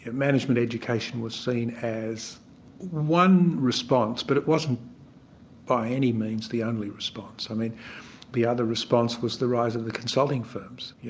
management education was seen as one response, but it wasn't by any means the only response. i mean the other response was the rise in the consulting firms, you